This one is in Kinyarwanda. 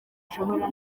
ashobora